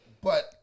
But-